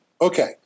Okay